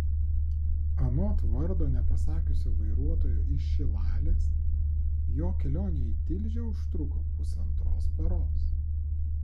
anot vardo nepasakiusio vairuotojo iš šilalės jo kelionė į tilžę užtruko pusantros paros